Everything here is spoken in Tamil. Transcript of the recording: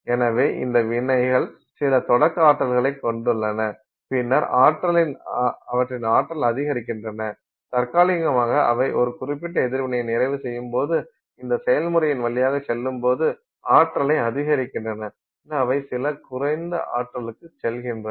எனவே இந்த வினைகள் சில தொடக்க ஆற்றலைக் கொண்டுள்ளன பின்னர் அவற்றின் ஆற்றல் அதிகரிக்கின்றன தற்காலிகமாக அவை ஒரு குறிப்பிட்ட எதிர்வினையை நிறைவு செய்யும் போது இந்த செயல்முறையின் வழியாக செல்லும்போது ஆற்றலை அதிகரிக்கின்றன பின்னர் அவை சில குறைந்த ஆற்றலுக்குச் செல்கின்றன